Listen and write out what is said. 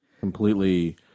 Completely